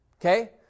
okay